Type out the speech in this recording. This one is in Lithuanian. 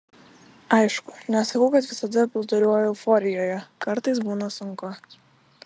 aišku nesakau kad visada plūduriuoju euforijoje kartais būna sunku